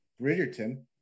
Bridgerton